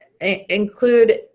include